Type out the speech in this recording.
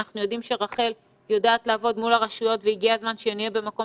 אנחנו יודעים שרח"ל יודעת לעבוד מול הרשויות והגיע הזמן שנהיה במקום